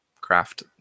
Craft